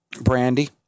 Brandy